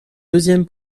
deuxième